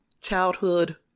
childhood